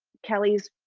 kelly's,